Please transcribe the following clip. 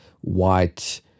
white